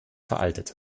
veraltet